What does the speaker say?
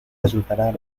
ayudarán